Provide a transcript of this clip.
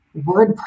WordPress